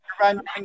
running